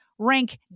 rank